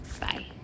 Bye